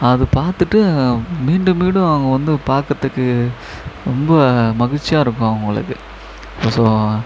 அது பார்த்துட்டு மீண்டும் மீண்டும் அவங்க வந்து பார்க்கறதுக்கு ரொம்ப மகிழ்ச்சியா இருக்கும் அவங்களுக்கு இப்போ